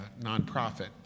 nonprofit